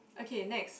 okay next